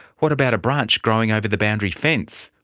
what about a branch growing over the boundary fence?